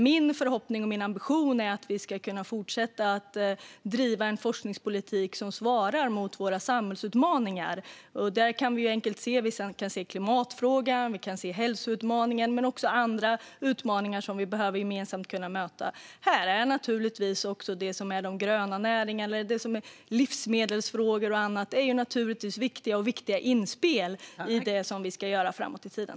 Min förhoppning och ambition är att vi ska kunna fortsätta driva en forskningspolitik som svarar mot våra samhällsutmaningar, som klimatfrågan, hälsoutmaningen och andra utmaningar som vi gemensamt behöver kunna möta. Här är naturligtvis också de gröna näringarna, livsmedelsfrågor och annat viktiga utmaningar och viktiga inspel i det som vi ska göra framåt i tiden.